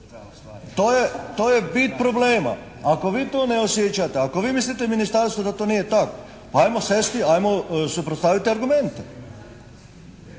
To je bit problema. Ako vi to ne osjećate, ako vi mislite u ministarstvu da to nije tako, pa ajmo sjesti, ajmo suprotstaviti argumente.